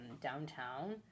downtown